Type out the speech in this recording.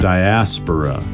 Diaspora